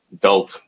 dope